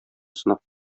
сынап